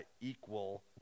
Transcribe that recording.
equal